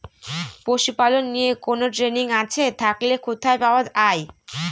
পশুপালন নিয়ে কোন ট্রেনিং আছে থাকলে কোথায় পাওয়া য়ায়?